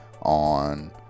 on